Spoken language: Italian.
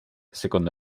secondo